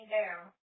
down